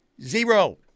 Zero